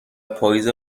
پاییز